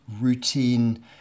routine